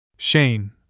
Shane